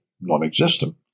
non-existent